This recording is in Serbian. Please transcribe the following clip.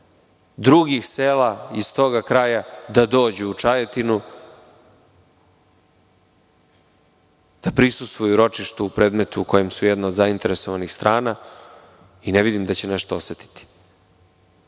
drugih sela iz tog kraja da dođu u Čajetinu da prisustvuju ročištu u predmetu u kojem su jedna od zainteresovanih strana i ne vidim da će nešto osetiti,